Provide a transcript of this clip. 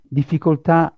difficoltà